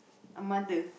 a mother